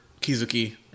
Kizuki